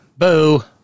Boo